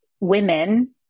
women